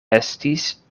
estis